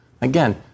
Again